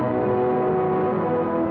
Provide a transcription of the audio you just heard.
or